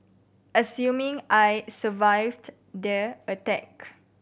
assuming I survived the attack